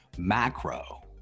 Macro